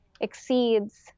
exceeds